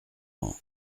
ans